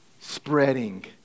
spreading